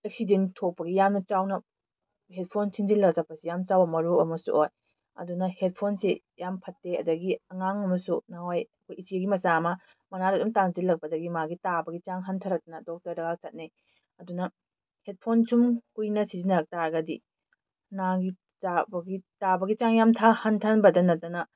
accident ꯊꯣꯛꯄꯒꯤ ꯌꯥꯝꯅ ꯆꯥꯎꯅ ꯍꯦꯠꯐꯣꯟ ꯊꯤꯟꯖꯜꯂ ꯆꯠꯄꯁꯦ ꯌꯥꯝ ꯆꯥꯎꯕ ꯃꯔꯨ ꯑꯃꯁꯨ ꯑꯣꯏ ꯑꯗꯨꯅ ꯍꯦꯠꯐꯣꯟꯁꯤ ꯌꯥꯝ ꯐꯠꯇꯦ ꯑꯗꯒꯤ ꯑꯉꯥꯡ ꯑꯃꯁꯨ ꯅꯍꯥꯟꯋꯥꯏ ꯑꯩꯈꯣꯏ ꯏꯆꯦꯒꯤ ꯃꯆꯥ ꯑꯃ ꯃꯅꯥꯗꯨ ꯑꯗꯨꯝ ꯇꯥꯁꯤꯜꯂꯛꯄꯗꯒꯤ ꯃꯥꯒꯤ ꯇꯥꯕꯒꯤ ꯆꯥꯡ ꯍꯟꯊꯔꯛꯇꯅ ꯗꯣꯛꯇꯔꯗꯒ ꯆꯠꯅꯩ ꯑꯗꯨꯅ ꯍꯦꯠꯐꯣꯟ ꯁꯨꯝ ꯀꯨꯏꯅ ꯁꯤꯖꯟꯅꯔꯛꯇꯥꯔꯒꯗꯤ ꯅꯥꯒꯤ ꯇꯥꯕꯒꯤ ꯆꯥꯡ ꯌꯥꯝ ꯍꯟꯊꯍꯟꯕꯗ ꯅꯠꯇꯅ